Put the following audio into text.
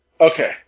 Okay